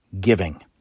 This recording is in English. giving